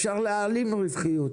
הרי אפשר להעלים רווחיות,